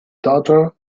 daughter